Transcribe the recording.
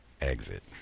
exit